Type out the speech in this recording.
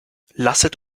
lasset